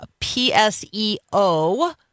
PSEO